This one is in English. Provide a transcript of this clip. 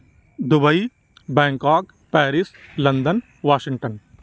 Dubai Bangkok Paris London washing ton